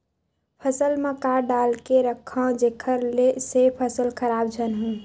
फसल म का डाल के रखव जेखर से फसल खराब झन हो?